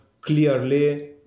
clearly